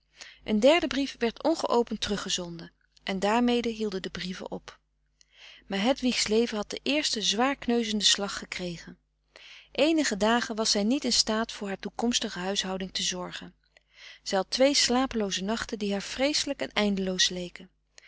een derde brief werd ongeopend teruggezonden en daarmede hielden de brieven op maar hedwigs leven had den eersten zwaar kneuzenden slag gekregen eenige dagen was zij niet in staat voor haar toekomstige huishouding te zorgen zij had twee slapelooze nachten die haar vreeselijk en eindeloos leken